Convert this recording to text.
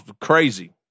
crazy